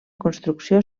construcció